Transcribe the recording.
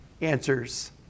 answers